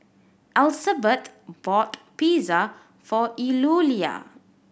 bought Pizza for Eulalia